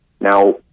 Now